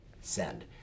send